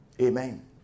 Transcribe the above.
Amen